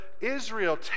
Israel